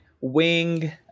wing